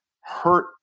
hurt